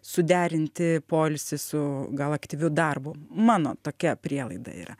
suderinti poilsį su gal aktyviu darbu mano tokia prielaida yra